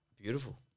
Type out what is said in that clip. Beautiful